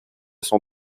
son